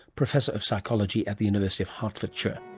professor of psychology at the university of hertfordshire